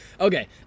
Okay